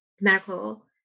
medical